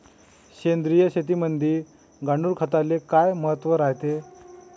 सेंद्रिय शेतीमंदी गांडूळखताले काय महत्त्व रायते?